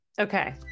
okay